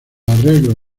arreglos